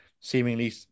seemingly